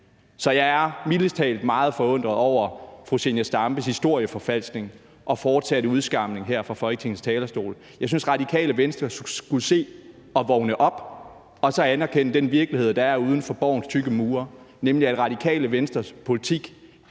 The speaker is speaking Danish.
Så jeg er mildest talt meget forundret over fru Zenia Stampes historieforfalskning og fortsatte udskamning her fra Folketingets talerstol. Jeg synes, Radikale Venstre skulle se at vågne op og så anerkende den virkelighed, der er uden for Borgens tykke mure, nemlig at Radikale Venstres politik